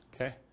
okay